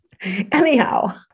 Anyhow